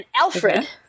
Alfred